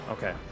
Okay